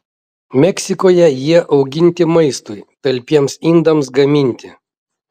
meksikoje jie auginti maistui talpiems indams gaminti